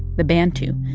the bantu,